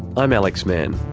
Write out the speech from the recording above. i'm alex mann.